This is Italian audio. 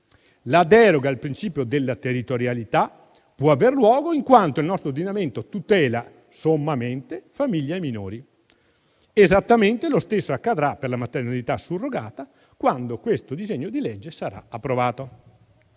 La deroga al principio della territorialità può aver luogo in quanto il nostro ordinamento tutela sommamente famiglie e minori. Esattamente lo stesso accadrà per la maternità surrogata quando questo disegno di legge sarà approvato.